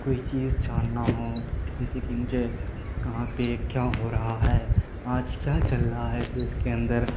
کوئی چیز جاننا ہوں جیسے کہ مجھے کہاں پہ کیا ہو رہا ہے آج کیا چل رہا ہے دیش کے اندر